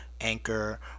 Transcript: anchor